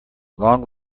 long